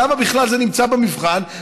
אז למה זה נמצא במבחן בכלל?